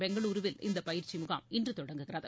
பெங்களூரூவில் இந்தபயிற்சிமுகாம் இன்றுதொடங்குகிறது